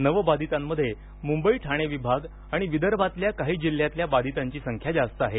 नवबाधितांमध्ये मुंबई ठाणे विभाग आणि विदर्भातल्या काही जिल्ह्यातल्या बाधितांची संख्या जास्त आहे